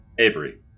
Avery